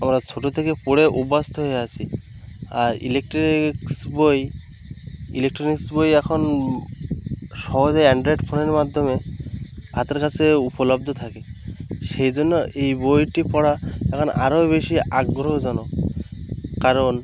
আমরা ছোটো থেকে পড়ে অভ্যাস্ত হয়ে আসি আর ইলেকট্রিকস বই ইলেকট্রনিক্স বই এখন সহজে অ্যান্ড্রয়েড ফোনের মাধ্যমে হাতের কাছে উপলব্ধ থাকে সেজন্য এই বইটি পড়া এখন আরো বেশি আগ্রহজনক কারণ